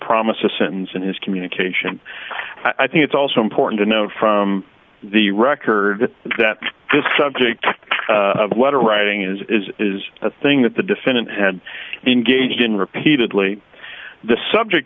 promise a sentence in his communication i think it's also important to note from the record that this subject of letter writing is a thing that the defendant had engaged in repeatedly the subject